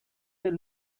del